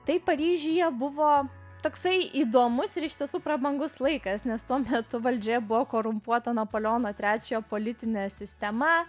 tai paryžiuje buvo toksai įdomus ir iš tiesų prabangus laikas nes tuomet valdžia buvo korumpuota napoleoną trečiojo politine sistema